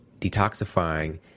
detoxifying